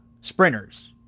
sprinters